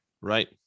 Right